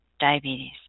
diabetes